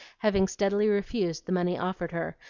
having steadily refused the money offered her,